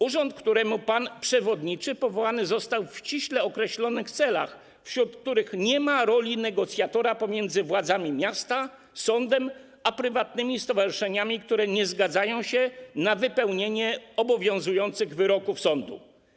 Urząd, któremu pan przewodniczy, powołany został w ściśle określonych celach, wśród których nie ma roli negocjatora pomiędzy władzami miasta, sądem a prywatnymi stowarzyszeniami, które nie zgadzają się na wypełnienie obowiązujących wyroków sądów.